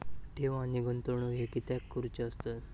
ठेव आणि गुंतवणूक हे कित्याक करुचे असतत?